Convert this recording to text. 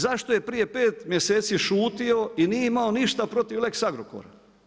Zašto je prije 5 mjeseci šutio i nije imao ništa protiv lex Agrokora?